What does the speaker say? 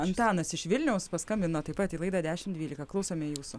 antanas iš vilniaus paskambino taip pat į laidą dešim dvylika klausome jūsų